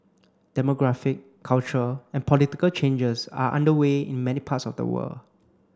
demographic cultural and political changes are underway in many parts of the world